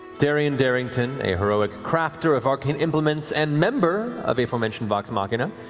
taryon darrington, a heroic crafter of arcane implements and member of aforementioned vox machina,